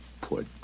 poor